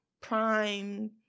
prime